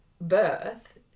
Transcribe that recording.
birth